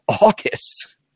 August